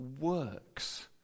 works